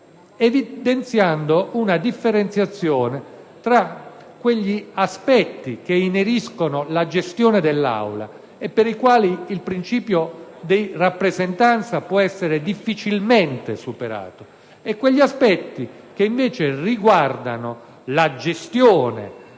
evidenziando una differenziazione tra quegli aspetti che ineriscono la gestione dell'Assemblea e per i quali il principio di rappresentanza di tutti i Gruppi può essere difficilmente superato e quegli aspetti che, invece, riguardano la gestione del